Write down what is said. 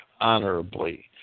honorably